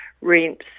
rents